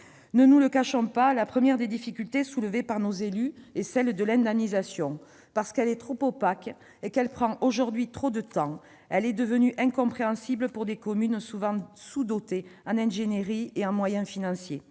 Ne nous le cachons pas : la première des difficultés soulevées par nos élus est l'indemnisation. Parce qu'elle est trop opaque et prend aujourd'hui trop de temps, elle est devenue incompréhensible pour des communes souvent sous-dotées en ingénierie et en moyens financiers.